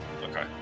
okay